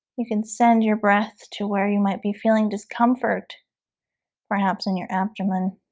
you can send your breath to where you might be feeling discomfort perhaps in your abdomen